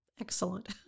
Excellent